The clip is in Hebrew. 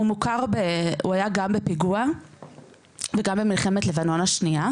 הוא היה גם בפיגוע וגם במלחמת לבנון השנייה,